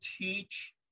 teach